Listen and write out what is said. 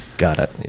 got it.